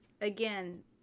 again